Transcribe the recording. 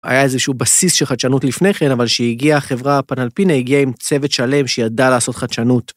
היה איזשהו בסיס של חדשנות לפני כן, אבל כשהגיעה, חברה הפנלפינה הגיעה עם צוות שלם שידעה לעשות חדשנות.